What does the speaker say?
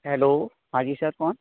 hello हाँ जी sir कौन